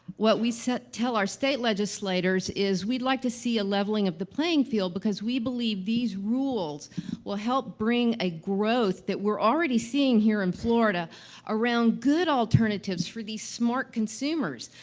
what we tell our state legislators is, we'd like to see a leveling of the playing field, because we believe these rules will help bring a growth that we're already seeing here in florida around good alternatives for these smart consumers,